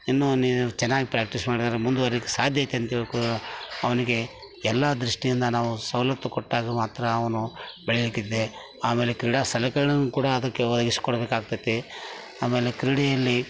ಇನ್ನೂ ನೀನು ಚೆನ್ನಾಗ್ ಪ್ರಾಕ್ಟೀಸ್ ಮಾಡಿದರೆ ಮುಂದುವರೀಲಿಕ್ ಸಾಧ್ಯ ಐತೆ ಅಂತ ಅವನಿಗೆ ಎಲ್ಲ ದೃಷ್ಟಿಯಿಂದ ನಾವು ಸವಲತ್ತು ಕೊಟ್ಟಾಗ ಮಾತ್ರ ಅವನು ಬೆಳೀಲಿಕ್ಕಿದ್ದೆಆಮೇಲೆ ಕ್ರೀಡಾ ಸಲಕರಣೆಯೂ ಕೂಡ ಅದಕ್ಕೆ ವಹಿಸ್ಕೊಡ್ಬೇಕಾಗ್ತೈತೆ ಆಮೇಲೆ ಕ್ರೀಡೆಯಲ್ಲಿ